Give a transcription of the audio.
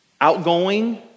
outgoing